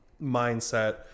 mindset